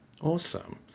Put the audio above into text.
Awesome